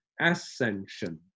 ascension